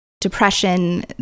depression